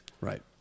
right